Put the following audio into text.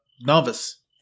novice